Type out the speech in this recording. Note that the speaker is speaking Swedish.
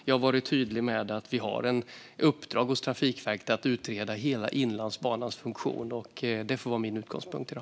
Jag har varit tydlig med att vi har ett uppdrag hos Trafikverket att utreda hela Inlandsbanans funktion. Det får vara min utgångspunkt i dag.